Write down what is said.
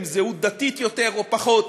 עם זהות דתית יותר או פחות,